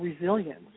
resilience